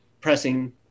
pressing